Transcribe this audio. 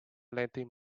lending